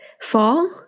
fall